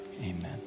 amen